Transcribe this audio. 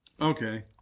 Okay